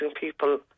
people